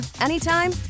anytime